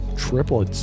triplets